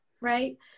right